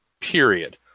period